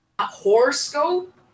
Horoscope